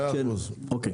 100%. אוקיי.